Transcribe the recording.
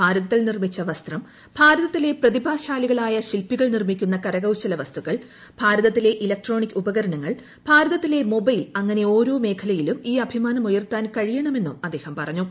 ഭാരതത്തിൽ നിർമ്മിച്ച വസ്ത്രം ഭാരതത്തിലെ പ്രതിഭാശാലികളായ ശില്പികൾ നിർമ്മിക്കുന്ന കരകൌശല വസ്തുക്കൾ ഭാരതത്തിലെ ഇലക്ട്രോട്ടോണിക് ഉപകരണങ്ങൾ ഭാരതത്തിലെ മൊബൈൽ അങ്ങന്റെ ഓരോ മേഖലയിലും ഈ അഭിമാനം ഉയർത്താൻ കഴിയണമെന്നും അദ്ദേഹം പറഞ്ഞു